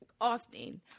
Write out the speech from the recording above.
often